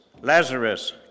Lazarus